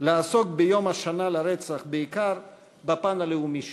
מרבים לעסוק ביום השנה לרצח בעיקר בפן הלאומי שלו.